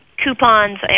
Coupons